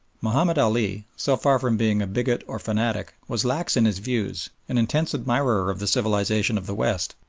mahomed ali, so far from being a bigot or fanatic, was lax in his views, an intense admirer of the civilisation of the west.